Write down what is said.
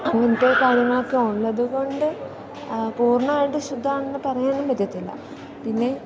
അങ്ങനത്തെ കാര്യങ്ങളൊക്കെ ഉള്ളതുകൊണ്ട് പൂർണ്ണമായിട്ട് ശുദ്ധമാണെന്നു പറയാനും പറ്റത്തില്ല പിന്നെ